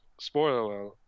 Spoiler